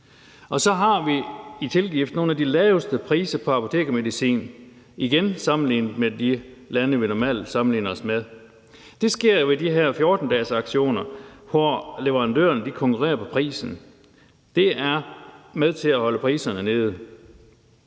og så har vi i tilgift nogle af de laveste priser på apotekermedicin, og det er igen sammenlignet med de lande, vi normalt sammenligner os med. Det sker i de her 14-dagesauktioner, hvor leverandøren konkurrerer på prisen, og det er med til at holde priserne nede.